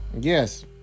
yes